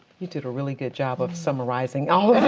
you did a really good job of summarizing all